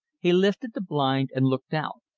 he lifted the blind and looked out.